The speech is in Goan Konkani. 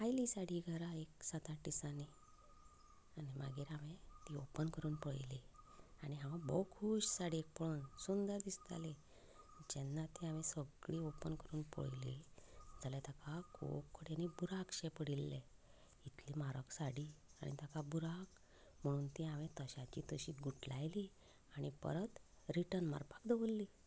आयली साडी घरा एक सात आठ दिसांनी आनी मागीर हांवें ती ओपन करून पळयली आनी हांव भोव खूश साडयेक पळोवन सुंदर दिसताली जेन्ना हांवें ती सगळी ओपन करून पळयली जाल्यार ताका खुबशे कडेनीं बुराकशे पडिल्ले इतली म्हरग साडी आनी ताका बुराक ती हांवें तश्याची तशी घुटलायली आनी परत रिटर्न मारपाक दवरली